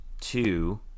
two